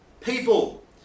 people